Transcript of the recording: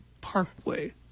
Parkway